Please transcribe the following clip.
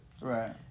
Right